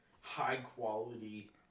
high-quality